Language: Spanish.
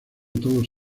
todos